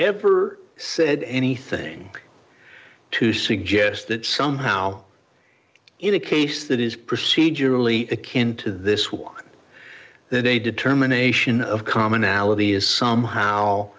ever said anything to suggest that somehow in a case that is procedurally akin to this one that a determination of commonality is somehow